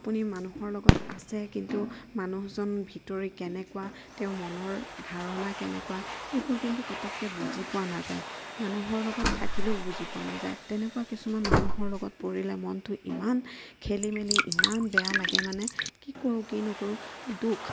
আপুনি মানুহৰ লগত আছে কিন্তু মানুহজন ভিতৰি কেনেকুৱা তেওঁৰ মনৰ ধাৰণা কেনেকুৱা সেইবোৰ কিন্তু পতককে বুজি পোৱা নাযায় মানুহৰ লগত থাকিলেও বুজি পোৱা নাযায় তেনেকুৱা কিছুমান মানুহৰ লগত পৰিলে মনটো ইমান খেলিমেলি ইমান বেয়া লাগে মানে কি কৰো কি নকৰো দুখ